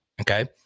Okay